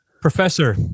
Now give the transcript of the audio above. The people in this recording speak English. Professor